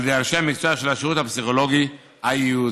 ידי אנשי המקצוע של השירות הפסיכולוגי הייעוצי.